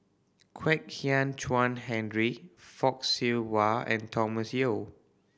Kwek Hian Chuan Henry Fock Siew Wah and Thomas Yeo